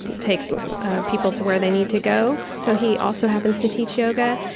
takes people to where they need to go so he also happens to teach yoga.